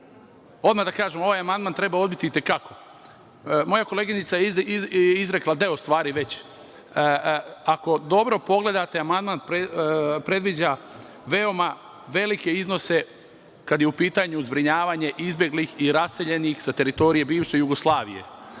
mi. Odmah da kažem, ovaj amandman treba odbiti i te kako. Moja koleginica je izrekla deo stvari već. Ako dobro pogledate, amandman predviđa veoma velike iznose kada je u pitanju zbrinjavanje izbeglih i raseljenih sa teritorije bivše Jugoslavije.